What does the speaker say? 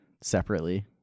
separately